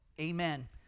Amen